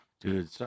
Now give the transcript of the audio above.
dude